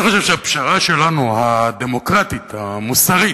אני חושב שהפשרה שלנו, הדמוקרטית, המוסרית,